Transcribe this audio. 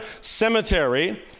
cemetery